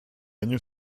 año